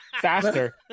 Faster